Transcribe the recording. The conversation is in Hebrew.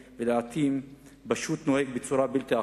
ולעתים הוא פשוט נוהג בצורה בלתי אחראית.